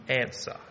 answer